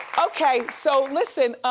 okay, so listen,